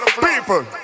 people